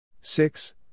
six